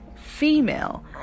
female